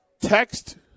text